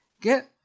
get